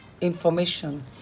information